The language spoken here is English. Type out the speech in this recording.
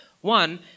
One